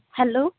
hello